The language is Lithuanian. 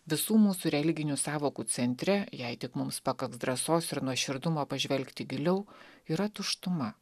visų mūsų religinių sąvokų centre jei tik mums pakaks drąsos ir nuoširdumo pažvelgti giliau yra tuštuma